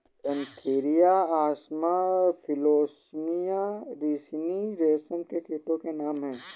Antheraea असामा फिलोसामिया रिसिनी रेशम के कीटो के नाम हैं